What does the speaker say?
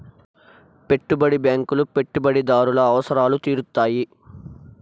పెట్టుబడి బ్యాంకులు పెట్టుబడిదారుల అవసరాలు తీరుత్తాయి